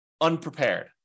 unprepared